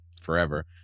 forever